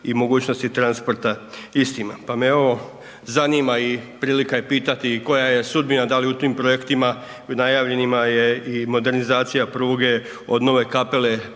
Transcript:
i mogućnosti transporta istima. Pa me ovo zanima i prilika je pitati i koja je sudbina da li u tim projektima najavljenima je i modernizacija pruge od Nove Kapele